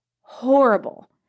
horrible